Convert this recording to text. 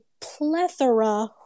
plethora